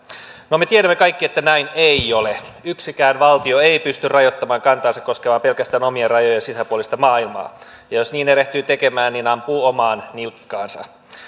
no me tiedämme kaikki että näin ei ole yksikään valtio ei pysty rajoittamaan kantaansa koskemaan pelkästään omien rajojen sisäpuolista maailmaa jos niin erehtyy tekemään niin ampuu omaan nilkkaansa